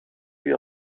lui